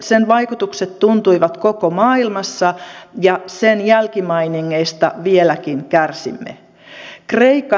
sen vaikutukset tuntuivat koko maailmassa ja sen jälkimainingeista vieläkin kärsimme